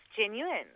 genuine